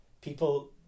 people